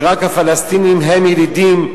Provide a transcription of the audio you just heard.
שרק הפלסטינים הם ילידים,